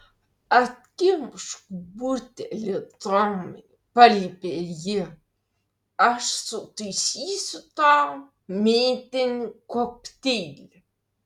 atkimšk butelį tomai paliepė ji aš sutaisysiu tau mėtinį kokteilį